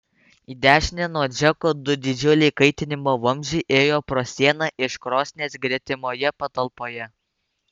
į dešinę nuo džeko du didžiuliai kaitinimo vamzdžiai ėjo pro sieną iš krosnies gretimoje patalpoje